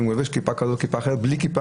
אם הוא לובש כיפה כזאת או כיפה אחרת או בלי כיפה,